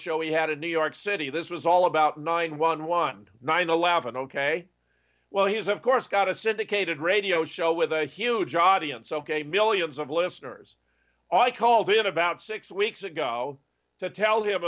show we had in new york city this was all about nine one one nine eleven ok well he's of course got a syndicated radio show with a huge audience ok millions of listeners i called in about six weeks ago to tell him